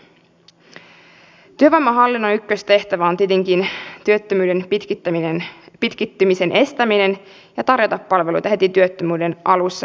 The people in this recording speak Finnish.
työvoimahallinnon ykköstehtävä on tietenkin työttömyyden pitkittymisen estäminen ja tarjota palveluita heti työttömyyden alussa